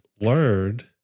learned